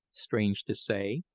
strange to say,